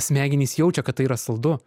smegenys jaučia kad tai yra saldu